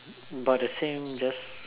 about the same just